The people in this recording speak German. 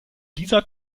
dieser